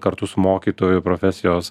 kartu su mokytoju profesijos